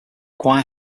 choir